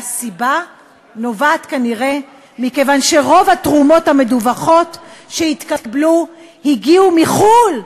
והסיבה נובעת כנראה מכך שרוב התרומות המדווחות שהתקבלו הגיעו מחו"ל.